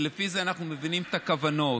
ולפי זה אנחנו מבינים את הכוונות.